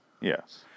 Yes